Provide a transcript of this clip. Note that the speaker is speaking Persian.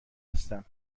هستم